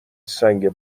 سنگ